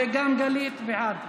וגם גלית בעד.